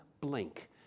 blink